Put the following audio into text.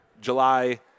July